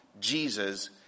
Jesus